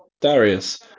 Darius